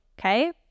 okay